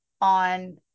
on